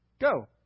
go